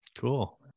Cool